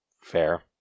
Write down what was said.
Fair